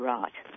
Right